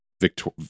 Victor